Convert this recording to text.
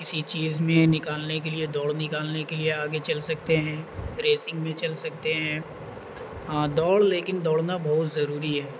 کسی چیز میں نکالنے کے لیے دوڑ نکالنے کے لیے آگے چل سکتے ہیں ریسنگ میں چل سکتے ہیں ہاں دوڑ لیکن دوڑنا بہت ضروری ہے